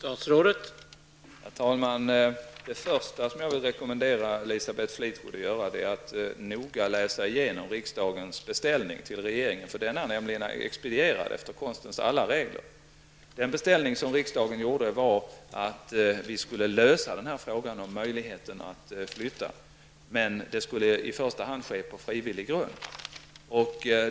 Herr talman! Jag vill framför allt rekommendera Elisabeth Fleetwood att noga läsa igenom riksdagens beställning till regeringen. Den är nämligen expedierad efter konstens alla regler. Den beställning som riksdagen gjorde gick ut på att vi skall lösa frågan om möjligheten att flytta, men att det i första hand skulle ske på frivillig grund.